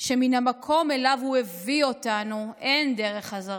שמִן המקום שאליו הוא הביא אותנו אין דרך חזרה.